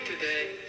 today